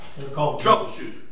troubleshooter